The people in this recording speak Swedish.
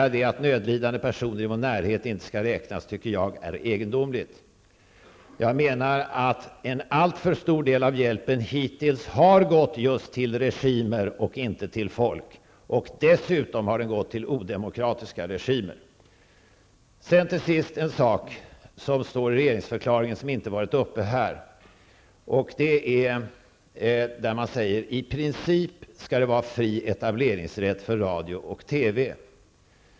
Att säga att nödlidande personer i vår närhet inte skall räknas tycker jag är egendomligt. Jag menar att en alltför stor del av hjälpen hittills har gått just till regimer och inte till folk. Dessutom har den gått till odemokratiska regimer. Sedan till sist en sak som står i regeringsförklaringen men som inte varit uppe här: man säger att det i princip skall vara fri etableringsrätt för radio och TV.